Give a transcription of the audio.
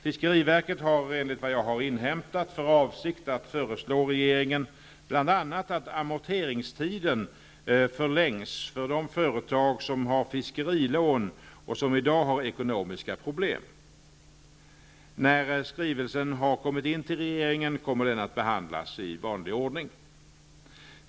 Fiskeriverket har, enligt vad jag har inhämtat, för avsikt att föreslå regeringen bl.a. att amorteringstiden förlängs för de företag som har fiskerilån och som i dag har ekonomiska problem. När skrivelsen har kommit in till regeringen kommer den att behandlas i vanlig ordning.